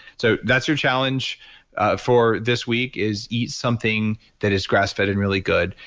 so that's your challenge for this week is eat something that is grass-fed and really good.